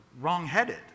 wrong-headed